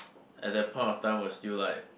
at that point of time was still like